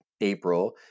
April